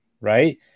right